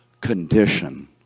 condition